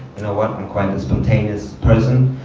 and i went, i'm quite a spontaneous person,